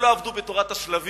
הם לא עבדו בתורת השלבים,